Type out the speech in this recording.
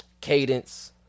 cadence